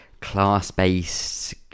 class-based